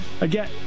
Again